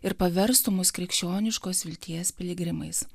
ir paverstų mus krikščioniškos vilties piligrimais